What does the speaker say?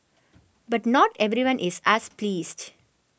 but not everyone is as pleased